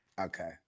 Okay